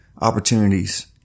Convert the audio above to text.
opportunities